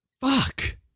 Fuck